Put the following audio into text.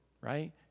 right